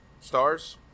stars